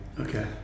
Okay